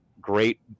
great